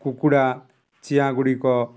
କୁକୁଡ଼ା ଚିଆଁ ଗୁଡ଼ିକ